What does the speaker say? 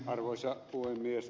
arvoisa puhemies